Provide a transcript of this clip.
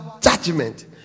judgment